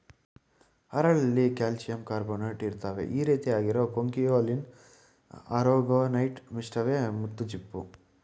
ಹರಳಲ್ಲಿ ಕಾಲ್ಶಿಯಂಕಾರ್ಬೊನೇಟ್ಇರುತ್ತೆ ಈರೀತಿ ಆಗಿರೋ ಕೊಂಕಿಯೊಲಿನ್ ಆರೊಗೊನೈಟ್ ಮಿಶ್ರವೇ ಮುತ್ತುಚಿಪ್ಪು